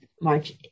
March